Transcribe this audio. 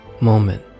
moment